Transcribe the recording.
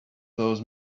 those